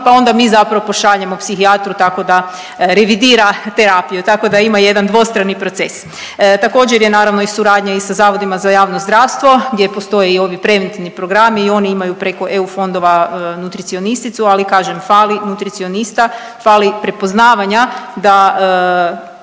pa onda mi zapravo pošaljemo psihijatru tako da revidira terapiju, tako da ima jedan dvostrani proces. Također je naravno i suradnja i sa Zavodima za javno zdravstvo gdje postoje i ovi preventivni programi i oni imaju preko EU fondova nutricionisticu, ali kažem fali nutricionista, fali prepoznavanja da